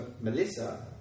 Melissa